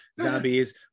zombies